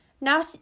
now